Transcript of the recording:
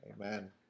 Amen